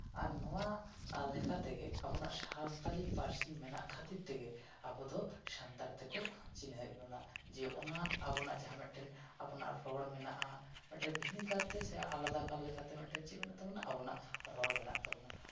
ᱟᱨ ᱱᱚᱣᱟ ᱞᱮᱠᱟ ᱛᱮᱜᱮ ᱟᱵᱚᱱᱟᱜ ᱥᱟᱱᱛᱟᱞᱤ ᱯᱟᱹᱨᱥᱤ ᱢᱮᱱᱟᱜ ᱠᱷᱟᱹᱛᱤᱨ ᱛᱮᱜᱮ ᱟᱵᱚ ᱫᱚ ᱥᱟᱱᱛᱟᱲ ᱛᱮᱠᱚ ᱪᱤᱱᱦᱟᱹᱣᱮᱫ ᱵᱚᱱᱟ ᱡᱮ ᱚᱱᱟ ᱟᱵᱚᱱᱟᱜ ᱡᱟᱦᱟᱸ ᱢᱤᱫᱴᱟᱱ ᱟᱵᱚᱱᱟᱜ ᱨᱚᱲ ᱢᱮᱱᱟᱜᱼᱟ ᱢᱤᱫᱴᱮᱱ ᱵᱷᱤᱱᱟᱹᱜᱟᱨ ᱛᱮ ᱟᱞᱟᱫᱟ ᱞᱮᱠᱟᱛᱮ ᱪᱮᱫ ᱢᱮᱱᱟᱜ ᱛᱟᱵᱚᱱᱟ ᱟᱵᱚᱱᱟᱜ ᱨᱚᱲ ᱢᱮᱱᱟᱜ ᱛᱟᱵᱚᱱᱟ